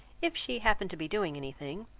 if she happened to be doing any thing,